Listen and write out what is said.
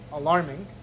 alarming